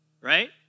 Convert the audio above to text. right